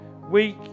week